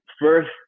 first